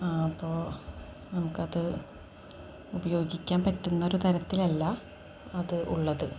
അപ്പോള് നമുക്കത് ഉപയോഗിക്കാൻ പറ്റുന്നൊരു തരത്തിലല്ല അത് ഉള്ളത്